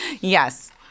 Yes